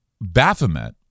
Baphomet